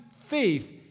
faith